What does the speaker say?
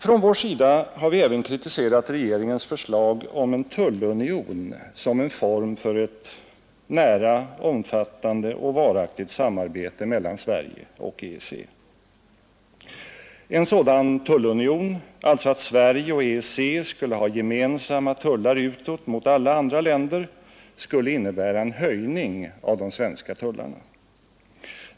Från vår sida har vi även kritiserat regeringens förslag om en tullunion som en form för ett nära, omfattande och varaktigt samarbete mellan Sverige och EEC. En sådan tullunion — alltså att Sverige och EEC skulle ha gemensamma tullar utåt mot alla andra länder — skulle innebära en höjning av de svenska tullarna.